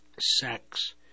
sex